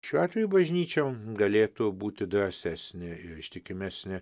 šiuo atveju bažnyčia galėtų būti drąsesnė ir ištikimesnė